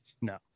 no